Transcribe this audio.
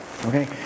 Okay